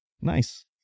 Nice